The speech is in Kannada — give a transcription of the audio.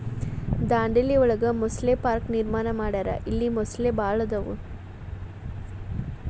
ದಾಂಡೇಲಿ ಒಳಗ ಮೊಸಳೆ ಪಾರ್ಕ ನಿರ್ಮಾಣ ಮಾಡ್ಯಾರ ಇಲ್ಲಿ ಮೊಸಳಿ ಭಾಳ ಅದಾವ